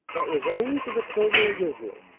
that was only for the children of israel.